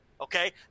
Okay